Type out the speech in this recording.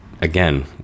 again